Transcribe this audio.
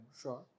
Sure